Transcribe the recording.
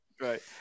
right